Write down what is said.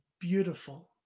beautiful